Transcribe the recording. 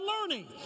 learning